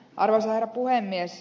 arvoisa herra puhemies